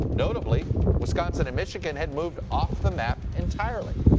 notably wisconsin and michigan had moved off the map entirely.